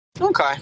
okay